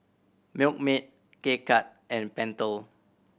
Milkmaid K Cut and Pentel